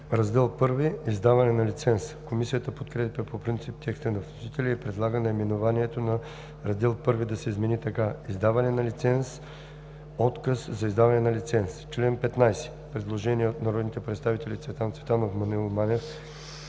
„Раздел I – Издаване на лиценз“. Комисията подкрепя по принцип текста на вносителя и предлага наименованието на Раздел I да се измени така: „Издаване на лиценз. Отказ за издаване на лиценз“. По чл. 15 има предложение от народните представители Цветан Цветанов, Маноил Манев